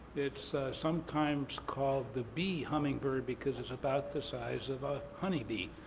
it's sometimes called the bee hummingbird because it's about the size of a honey bee.